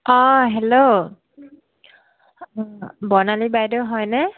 অঁ হেল্ল' বৰ্ণালী বাইদেউ হয়নে